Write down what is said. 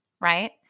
right